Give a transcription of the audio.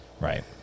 Right